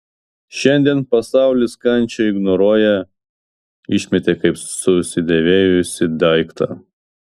šiandien pasaulis kančią ignoruoja išmetė kaip susidėvėjusį daiktą